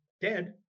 dead